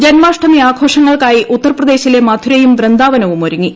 ജന്മാഷ്ടമി ആഘോഷങ്ങൾക്കായി ഉത്തർപ്രദേശിലെ മധുരയും വ്യന്ദാവനവും ഒരുങ്ങി